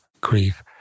grief